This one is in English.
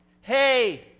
hey